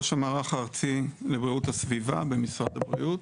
ראש המערך הארצי לבריאות הסביבה במשרד הבריאות.